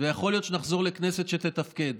ויכול להיות שנחזור לכנסת שתתפקד.